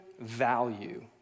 value